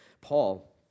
Paul